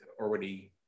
already